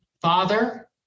Father